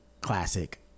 classic